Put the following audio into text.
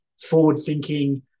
forward-thinking